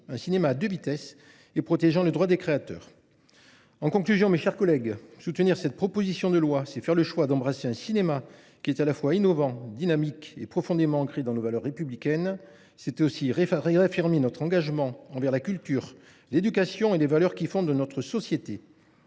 d’une culture à deux vitesses et protégeant les droits des créateurs. Soutenir cette proposition de loi, c’est faire le choix d’embrasser un cinéma à la fois innovant, dynamique et profondément ancré dans nos valeurs républicaines ; c’est aussi réaffirmer notre engagement envers la culture, l’éducation et les valeurs qui fondent notre société.